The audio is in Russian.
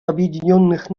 объединенных